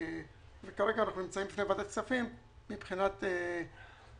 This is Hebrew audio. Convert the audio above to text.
וכרגע אנחנו נמצאים בפני ועדת כספים מבחינת ההליך.